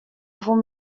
vous